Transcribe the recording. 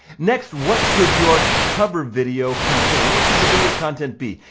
next, what should your cover video contain, what should your video content be?